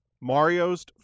Mario's